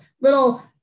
little